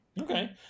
Okay